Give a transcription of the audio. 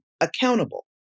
accountable